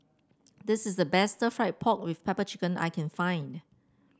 this is the best fry pork with pepper chicken I can find